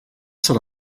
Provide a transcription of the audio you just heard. serà